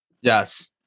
yes